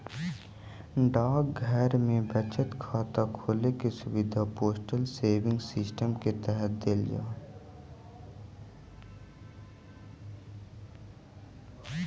डाकघर में बचत खाता खोले के सुविधा पोस्टल सेविंग सिस्टम के तहत देल जा हइ